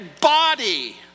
body